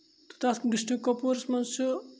تہٕ تَتھ ڈِسٹِرٛک کۄپوورَس منٛز چھِ